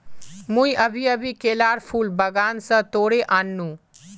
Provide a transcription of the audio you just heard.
मुई अभी अभी केलार फूल बागान स तोड़े आन नु